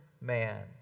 man